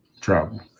travel